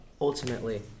Ultimately